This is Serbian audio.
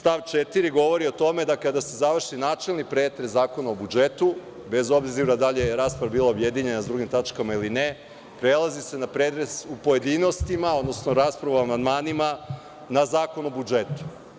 Ovaj stav 4. govori o tome da kada se završi načelni pretres Zakona o budžetu, bez obzira da li je rasprava bila objedinjena sa drugim tačkama ili ne, prelazi se na pretres u pojedinostima, odnosno na raspravu o amandmanima, na Zakon o budžetu.